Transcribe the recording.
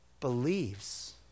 believes